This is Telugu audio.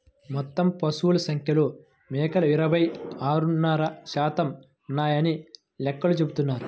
మొత్తం పశువుల సంఖ్యలో మేకలు ఇరవై ఆరున్నర శాతం ఉన్నాయని లెక్కలు చెబుతున్నాయి